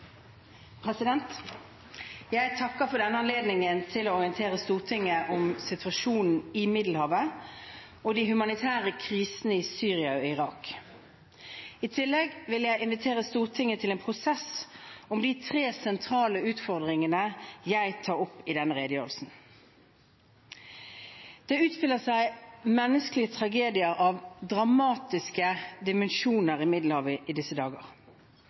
I tillegg vil jeg invitere Stortinget til en prosess om de tre sentrale utfordringene jeg tar opp i denne redegjørelsen. Det utspiller seg menneskelige tragedier av dramatiske dimensjoner i Middelhavet i disse dager.